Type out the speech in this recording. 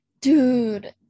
dude